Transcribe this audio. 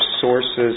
sources